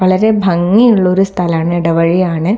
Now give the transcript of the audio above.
വളരെ ഭംഗിയുള്ളൊരു സ്ഥലമാണ് ഇടവഴിയാണ്